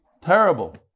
Terrible